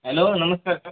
hello नमस्कार sir